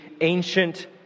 ancient